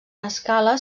escala